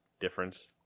difference